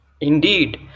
Indeed